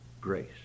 grace